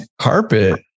Carpet